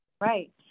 Right